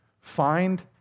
find